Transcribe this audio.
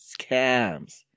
scams